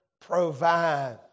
provide